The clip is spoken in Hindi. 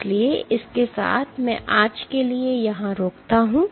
इसलिए इसके साथ मैं आज के लिए यहां रुकता हूं